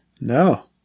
No